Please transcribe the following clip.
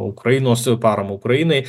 ukrainos paramą ukrainai